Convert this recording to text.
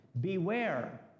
Beware